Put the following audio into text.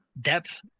depth